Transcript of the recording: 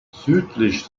südlich